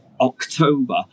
October